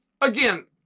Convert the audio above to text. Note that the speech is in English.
again